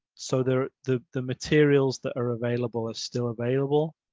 so there the the materials that are available are still available.